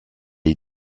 est